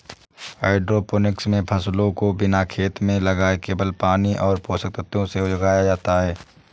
hydroponics मे फसलों को बिना खेत में लगाए केवल पानी और पोषक तत्वों से उगाया जाता है